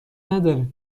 نداره